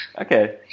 Okay